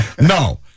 No